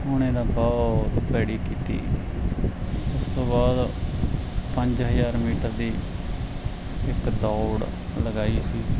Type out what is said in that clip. ਉਹਨੇ ਨਾ ਬਹੁਤ ਭੈੜੀ ਕੀਤੀ ਉਸ ਤੋਂ ਬਾਅਦ ਪੰਜ ਹਜ਼ਾਰ ਮੀਟਰ ਦੀ ਇੱਕ ਦੌੜ ਲਗਾਈ ਸੀ